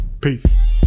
Peace